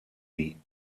die